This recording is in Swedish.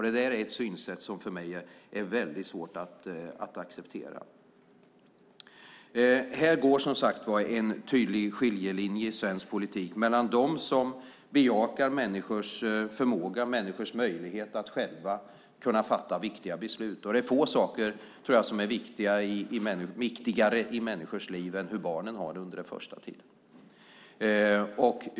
Det är ett synsätt som för mig är väldigt svårt att acceptera. Här går en tydlig skiljelinje i svensk politik mellan dem som bejakar människors förmåga och möjlighet att själva kunna fatta viktiga beslut och dem som inte gör det. Och det är få saker som är viktigare i människors liv än hur barnen har det under den första tiden.